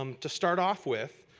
um to start off with,